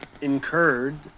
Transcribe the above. incurred